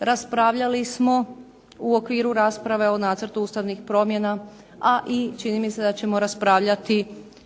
raspravljali smo u okviru rasprave o nacrtu ustavnih promjena, a čini mi se da ćemo raspravljati